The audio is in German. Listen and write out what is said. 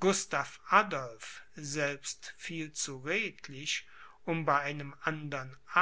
gustav adolph selbst viel zu redlich um bei einem andern